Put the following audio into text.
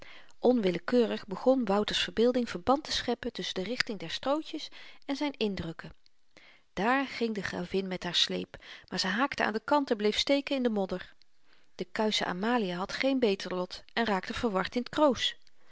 onwillekeurig begon wouter's verbeelding verband te scheppen tusschen de richting der strootjes en zyn indrukken daar ging de gravin met haar sleep maar ze haakte aan den kant en bleef steken in de modder de kuische amalia had geen beter lot en raakte verward in t kroos